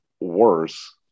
worse